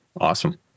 Awesome